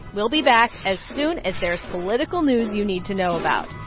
we'll be back as soon as there's political news you need to know about.